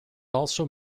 also